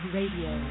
Radio